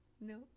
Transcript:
no